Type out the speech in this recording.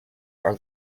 are